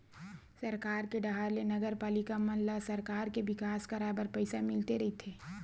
सरकार के डाहर ले नगरपालिका मन ल सहर के बिकास कराय बर पइसा मिलते रहिथे